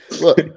Look